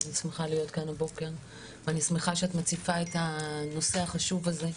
אני שמחה להיות כאן הבוקר ואני שמחה שאת מציפה את הנושא החשוב הזה.